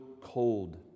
cold